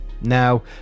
now